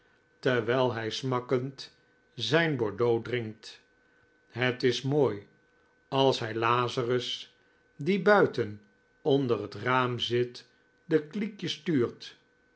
terwijl hij smakkend zijn bordeaux drinkt het is mooi als hij lazarus die buiten onder het raam zit de kliekjes stuurt